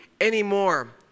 anymore